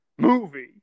Movie